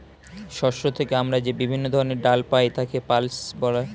শস্য থেকে আমরা যে বিভিন্ন ধরনের ডাল পাই তাকে পালসেস বলে